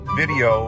video